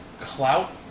Clout